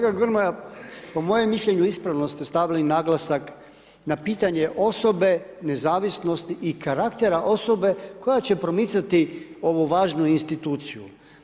Kolega Grmoja, po mojem mišljenju ispravno ste stavili naglasak na pitanje osobe, nezavisnosti i karaktera osobe, koja će promicati ovu važnu instituciju.